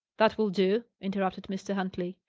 that will do, interrupted mr. huntley.